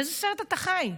באיזה סרט אתה חי?